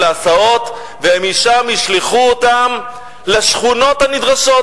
להסעות ומשם ישלחו אותם לשכונות הנדרשות.